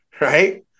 Right